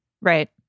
Right